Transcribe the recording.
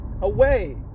away